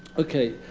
ok.